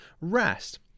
rest